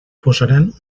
posaran